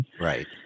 Right